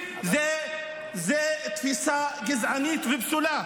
זאת תפיסה גזענית ופסולה.